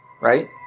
right